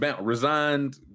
resigned